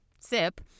sip